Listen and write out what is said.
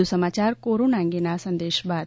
વધ્ર સમાચાર કોરોના અંગેના આ સંદેશ બાદ